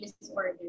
disorder